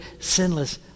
sinless